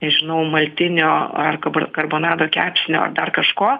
nežinau maltinio ar karbo karbonado kepsnio ar dar kažko